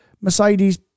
Mercedes